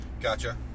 Gotcha